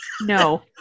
No